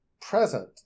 present